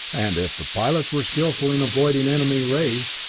and if the pilots were skillful in avoiding enemy rays,